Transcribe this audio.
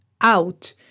out